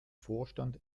vorstand